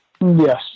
Yes